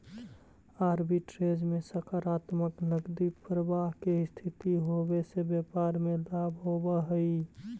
arbitrage में सकारात्मक नकदी प्रवाह के स्थिति होवे से व्यापार में लाभ होवऽ हई